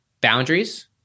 boundaries